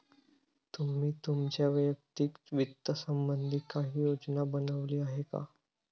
तुम्ही तुमच्या वैयक्तिक वित्त संबंधी काही योजना बनवली आहे का?